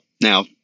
now